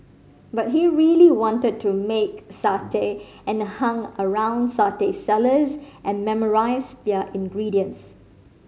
but he really wanted to make satay and hung around satay sellers and memorised their ingredients